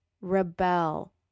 rebel